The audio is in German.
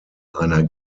einer